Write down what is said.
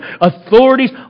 authorities